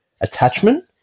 attachment